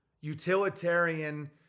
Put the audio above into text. utilitarian